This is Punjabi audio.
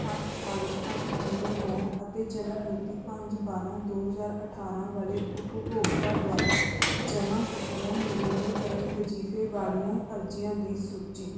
ਅੱਠ ਪੰਜ ਅੱਠ ਜੀਰੋ ਨੌ ਅਤੇ ਜਨਮ ਮਿਤੀ ਪੰਜ ਬਾਰਾਂ ਦੋ ਹਜ਼ਾਰ ਅਠਾਰਾਂ ਵਾਲੇ ਉਪਭੋਗਤਾ ਦੁਆਰਾ ਜਮ੍ਹਾਂ ਕੀਤੀਆਂ ਨਵੀਨੀਕਰਨ ਵਜੀਫੇ ਵਾਲੀਆਂ ਅਰਜ਼ੀਆਂ ਦੀ ਸੂਚੀ